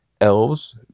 elves